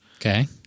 Okay